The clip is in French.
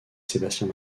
sébastien